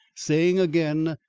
saying again,